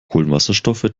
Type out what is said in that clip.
kohlenwasserstoffe